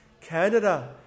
Canada